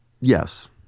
Yes